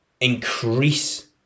increase